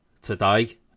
today